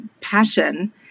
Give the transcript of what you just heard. passion